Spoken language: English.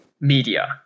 media